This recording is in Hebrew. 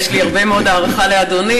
יש לי הרבה מאוד הערכה לאדוני,